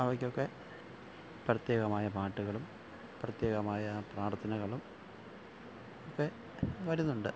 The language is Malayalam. അവയ്ക്കൊക്കെ പ്രത്യേകമായ പാട്ടുകളും പ്രത്യേകമായ പ്രാര്ത്ഥനകളും ഒക്കെ വരുന്നുണ്ട്